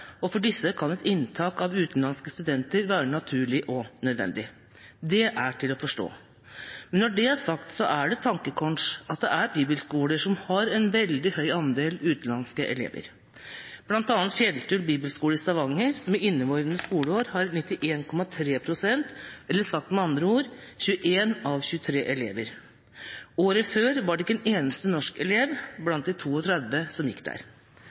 og for disse kan et inntak av utenlandske studenter være naturlig og nødvendig. Det er til å forstå. Når det er sagt, er det et tankekors at det er bibelskoler som har en veldig høy andel utenlandske elever, bl.a. Fjelltun Bibelskole i Stavanger. Denne skolen har i inneværende skoleår en andel på 91,3 pst. – eller sagt med andre ord, 21 av 23 elever. Året før var det ikke en eneste norsk elev blant de 32 som gikk der.